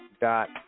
dot